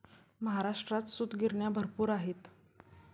महाराष्ट्रात सूतगिरण्या भरपूर आहेत